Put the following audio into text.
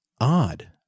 Odd